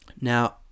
Now